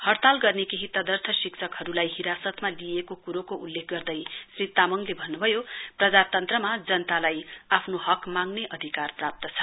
हइताल गर्ने केही तदर्थ शिक्षकहरु हिरासतमा लिइएको क्रोको उल्लेख गर्दै श्री तामाङले भन्न्भयो प्रजातन्त्रमा जनतालाई आफ्नो हकको माँग्ने अधिकार छ